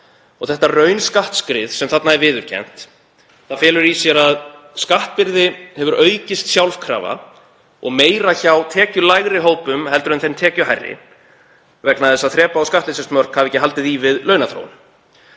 Þetta raunskattsskrið sem þarna er viðurkennt felur í sér að skattbyrði hefur aukist sjálfkrafa og meira hjá tekjulægri hópum en þeim tekjuhærri vegna þess að þrepa- og skattleysismörk hafa ekki haldið í við launaþróun.